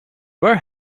where